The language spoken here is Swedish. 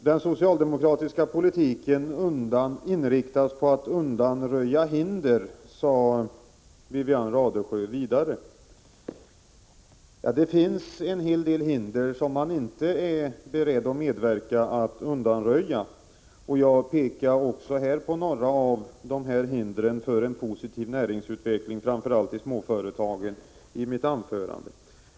Den socialdemokratiska politiken inriktas på att undanröja hinder, sade Wivi-Anne Radesjö. Men det finns en hel del hinder som man inte är beredd att medverka till att undanröja, och jag pekade i mitt anförande på några av dessa hinder för en positiv näringsutveckling framför allt i småföretagen.